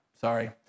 sorry